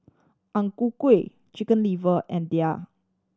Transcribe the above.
Ang Ku Kueh Chicken Liver and daal